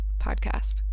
podcast